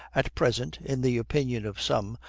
at present, in the opinion of some,